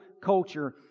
culture